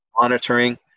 monitoring